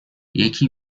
یکی